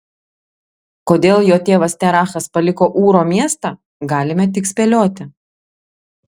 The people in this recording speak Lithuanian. kodėl jo tėvas terachas paliko ūro miestą galime tik spėlioti